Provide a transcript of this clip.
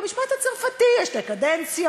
במשפט הצרפתי יש שתי קדנציות,